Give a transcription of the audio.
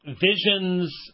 visions